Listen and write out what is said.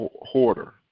hoarder